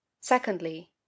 Secondly